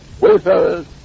wayfarers